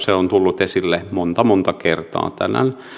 se on tullut esille monta monta kertaa tänään